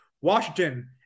Washington